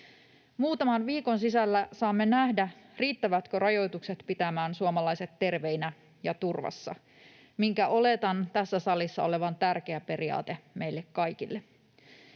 Muutaman viikon sisällä saamme nähdä, riittävätkö rajoitukset pitämään suomalaiset terveinä ja turvassa, minkä oletan tässä salissa olevan tärkeä periaate meille kaikille.